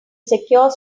secure